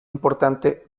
importante